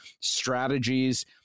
strategies